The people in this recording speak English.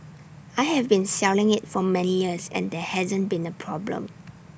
I have been selling IT for many years and there hasn't been A problem